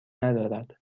ندارد